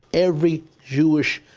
every jewish